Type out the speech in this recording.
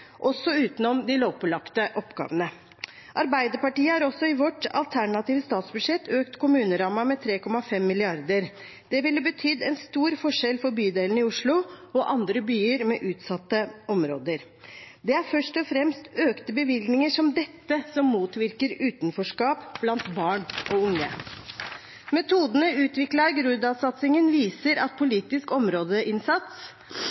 også utenom de lovpålagte oppgavene. Arbeiderpartiet har også i sitt alternative statsbudsjett økt kommunerammen med 3,5 mrd. kr. Det ville betydd en stor forskjell for bydelene i Oslo og andre byer med utsatte områder. Det er først og fremst økte bevilgninger som dette som motvirker utenforskap blant barn og unge. Metodene utviklet i Groruddalssatsingen viser at